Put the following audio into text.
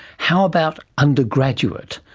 how about undergraduate?